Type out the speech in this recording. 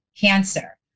cancer